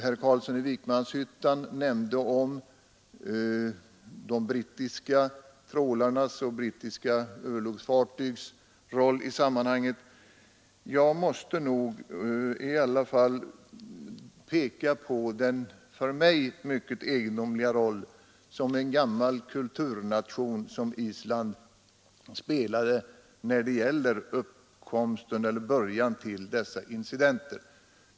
Herr Carlsson i Vikmanshyttan nämnde de brittiska trålarnas och brittiska örlogsfartygens roll i sammanhanget. Jag måste ändå peka på den för mig mycket egendomliga roll som en gammal kulturnation som Island spelade när det gällde början till dessa incidenter.